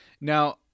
Now